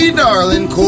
darling